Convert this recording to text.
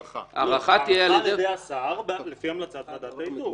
ההארכה תהיה על ידי השר, לפי המלצת ועדת האיתור.